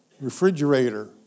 refrigerator